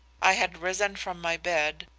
i had risen from my bed,